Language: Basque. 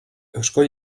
eusko